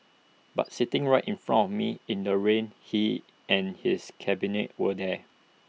but sitting right in front of me in the rain he and his cabinet were there